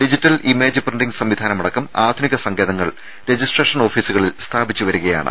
digital image printing സംവി ധാനമടക്കം ആധുനിക സങ്കേതങ്ങൾ രജിസ്ട്രേഷൻ ഓഫീസുകളിൽ സ്ഥാപിച്ചു വരികയാണ്